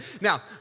Now